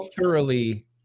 thoroughly